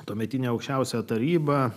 tuometinę aukščiausiąją tarybą